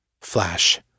Flash